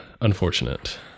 Unfortunate